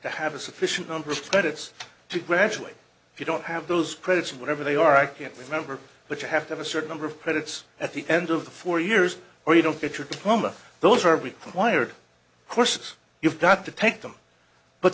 to have a sufficient numbers but it's to graduate if you don't have those credits or whatever they are i can't remember but you have to have a certain number of credits at the end of the four years or you don't get your diploma those are required courses you've got to take them but